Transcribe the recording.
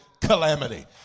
calamity